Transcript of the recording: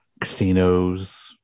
Casinos